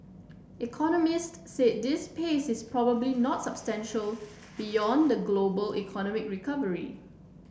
economist said this pace is probably not beyond the global economic recovery